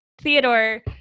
Theodore